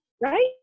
Right